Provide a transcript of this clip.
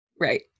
right